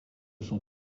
son